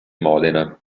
modena